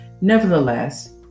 nevertheless